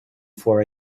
for